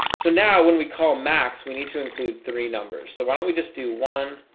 so now when we call max we need to include three numbers so why don't we just do one?